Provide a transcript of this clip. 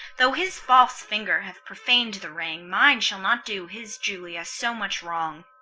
though his false finger have profan'd the ring, mine shall not do his julia so much wrong.